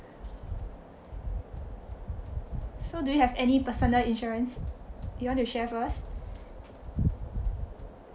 so do you have any personal insurance you want to share first